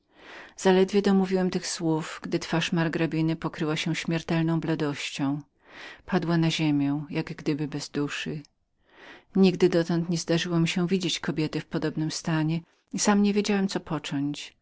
zaledwie domówiłem tych słów gdy twarz margrabiny pokryła się śmiertelną bladością padła na ziemię jak gdyby bez duszy nigdy dotąd nie zdarzyło mi się widzieć kobiety w podobnym stanie i sam niewiedziałem co począć